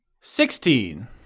Sixteen